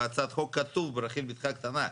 בהצעת החוק כתוב ברחל בתך הקטנה,